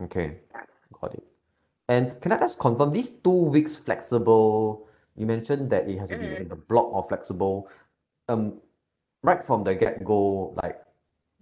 okay got it and can I ask confirm this two weeks flexible you mentioned that it has to be in a block or flexible um right from the get go like